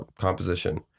composition